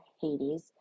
Hades